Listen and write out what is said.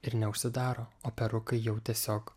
ir neužsidaro o perukai jau tiesiog